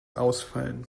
ausfallen